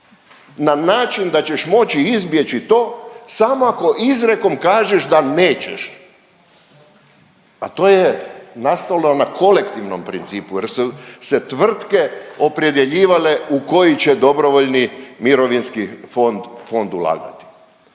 na način da ćeš moći izbjeći to samo ako izrijekom kažeš da nećeš. Pa to je nastalo na kolektivnom principu jer se tvrtke opredjeljivale u koji će dobrovoljni mirovinski fond ulagati.